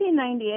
1998